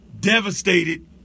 Devastated